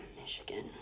Michigan